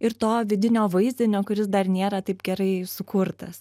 ir to vidinio vaizdinio kuris dar nėra taip gerai sukurtas